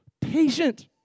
patient